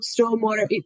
stormwater